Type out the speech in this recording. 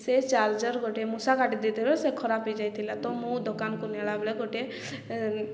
ସେ ଚାର୍ଜର ଗୋଟେ ମୂଷା କାଟି ଦେଇଥିବାରୁ ସେ ଖରାପ ହେଇଯାଇଥିଲା ତ ମୁଁ ଦୋକାନକୁ ନେଲାବେଳେ ଗୋଟିଏ